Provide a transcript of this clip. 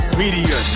media